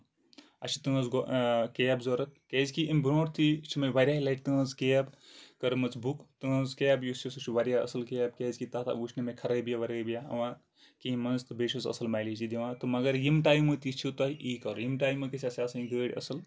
اَسہِ چھُ تُہنٛز کیب ضروٗرت کیازِ کہِ اَمہِ برونٛٹھ تہِ چھ مےٚ واریاہ لَٹہِ تٔہنٛز کیب کٔرمٕژ بُک تُہنٛز کیب یُس چھِ سۄ چھِ واریاہ اَصٕل کیب کیازِ کہِ تَتھ وٕچھنہٕ مےٚ خرٲبیا وَرٲبیا یِوان کِہینۍ منٛز تہٕ بیٚیہِ چھِ سۄ اَصٕل مایلیج تہِ دِوان تہٕ مَگر ییٚمہِ ٹایمہٕ تہِ چھُو تۄہہ یی کَرُن ییٚمہِ ٹایمہٕ تہِ گژھِ اَسہِ آسٕنۍ گٲڑۍ اَصٕل